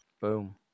Boom